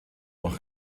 noch